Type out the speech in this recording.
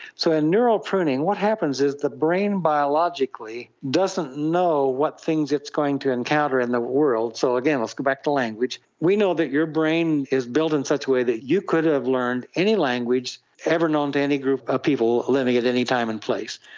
so neural pruning, what happens is the brain biologically doesn't know what things it's going to encounter in the world. so again, let's go back to language. we know that your brain is built in such a way that you could have learned any language ever known to any group of people living at any time and place.